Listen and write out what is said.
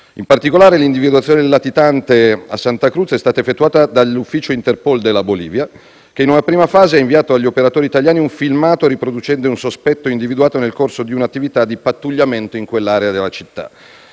In particolare, l'individuazione del latitante a Santa Cruz de la Sierra è stata effettuata dall'ufficio Interpol della Bolivia, che in una prima fase ha inviato agli operatori italiani un filmato riproducente un sospetto, individuato nel corso di un'attività di pattugliamento in quell'area della città.